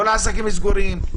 כל העסקים סגורים,